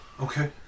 Okay